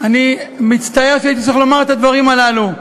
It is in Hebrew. אני מצטער שהייתי צריך לומר את הדברים הללו.